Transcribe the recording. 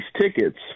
tickets